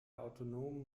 autonomen